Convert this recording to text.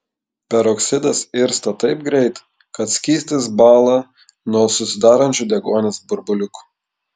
peroksidas irsta taip greit kad skystis bąla nuo susidarančių deguonies burbuliukų